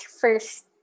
first